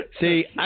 See